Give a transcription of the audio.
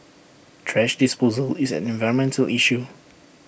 thrash disposal is an environmental issue